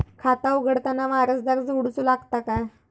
खाता उघडताना वारसदार जोडूचो लागता काय?